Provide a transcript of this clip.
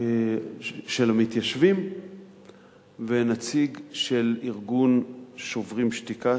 של המתיישבים ונציג של ארגון "שוברים שתיקה".